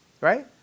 Right